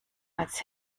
als